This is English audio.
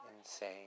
Insane